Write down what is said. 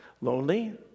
Lonely